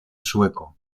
sueco